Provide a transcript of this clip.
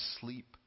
sleep